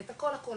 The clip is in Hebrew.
את הכול הכול,